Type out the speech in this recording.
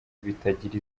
bitagira